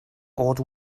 old